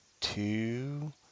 two